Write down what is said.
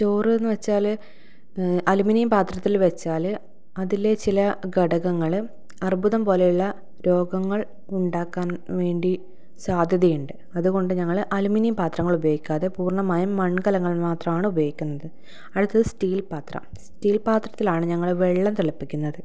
ചോറ് എന്ന് വെച്ചാൽ അലൂമിനിയം പാത്രത്തിൽ വെച്ചാൽ അതിലെ ചില ഘടകങ്ങൾ അർബുദം പോലെയുള്ള രോഗങ്ങൾ ഉണ്ടാക്കാൻ വേണ്ടി സാധ്യതയുണ്ട് അതുകൊണ്ട് ഞങ്ങൾ അലൂമിനിയം പാത്രങ്ങൾ ഉപയോഗിക്കാതെ പൂർണ്ണമായും മൺകലങ്ങൾ മാത്രമാണ് ഉപയോഗിക്കുന്നത് അടുത്തത് സ്റ്റീൽ പാത്രം സ്റ്റീൽ പാത്രത്തിലാണ് ഞങ്ങൾ വെള്ളം തിളപ്പിക്കുന്നത്